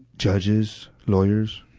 judges, lawyers,